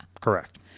Correct